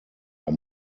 are